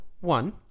one